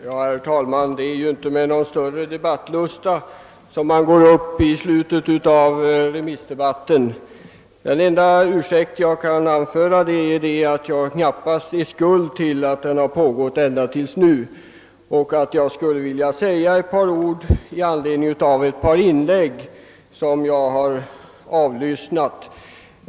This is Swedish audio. Herr talman! Det är inte med någon större debattlust jag tar till orda så här i slutet av remissdebatten. Den enda ursäkten för att jag likväl går upp i talarstolen så här sent är att jag knappast bär skulden till att debatten pågått ända till nu! Jag skulle vilja säga några ord i anledning av ett par inlägg som jag lyssnat till.